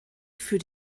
für